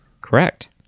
Correct